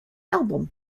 album